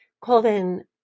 Colvin